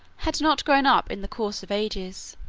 had not grown up in the course of ages.